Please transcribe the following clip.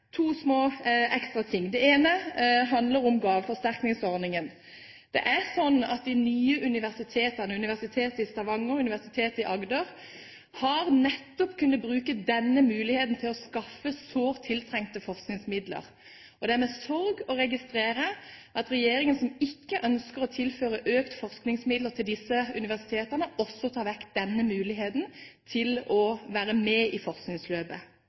To små ekstra ting: Det ene handler om gaveforsterkningsordningen. Det er sånn at de nye universitetene – Universitetet i Stavanger og Universitetet i Agder – har nettopp kunnet bruke denne muligheten til å skaffe sårt tiltrengte forskningsmidler. Det er med sorg jeg registrerer at regjeringen, som ikke ønsker å tilføre økte forskningsmidler til disse universitetene, også tar vekk denne muligheten til å være med i forskningsløpet.